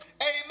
Amen